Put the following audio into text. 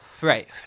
Right